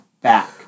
back